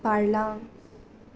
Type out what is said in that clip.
बारलां